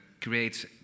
creates